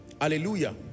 Hallelujah